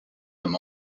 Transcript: him